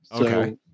Okay